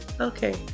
okay